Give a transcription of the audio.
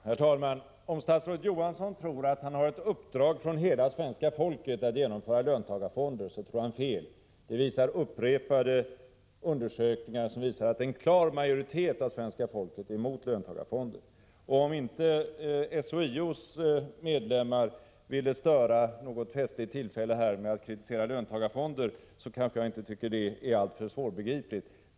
Herr talman! Om statsrådet Johansson tror att han har ett uppdrag från hela svenska folket att genomföra löntagarfonderna, så tror han fel. Upprepade undersökningar visar att en klar majoritet av svenska folket är emot dem. Om inte SHIO:s medlemmar ville störa vid ett festligt tillfälle med att kritisera löntagarfonderna, tycker jag kanske inte att det är alltför " svårbegripligt.